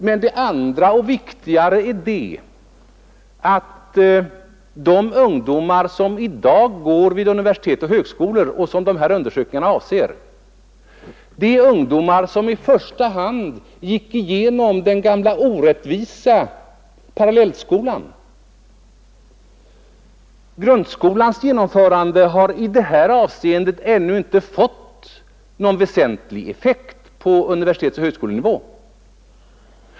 Men det andra och viktigare är att de ungdomar som i dag går vid universitet och högskolor och som dessa undersökningar avser är ungdomar som i första hand gick igenom den gamla orättvisa parallellskolan. Grundskolans genomförande har i detta avseende ännu inte fått någon väsentlig effekt på universitetsoch högskolenivå.